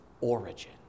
origin